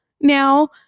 now